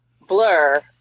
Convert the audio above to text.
Blur